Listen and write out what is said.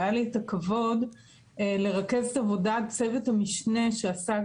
והיה לי את הכבוד לרכז את עבודת צוות המשנה שעסק